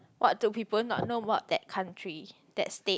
what do people not know about that country that state